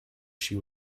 she